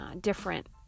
different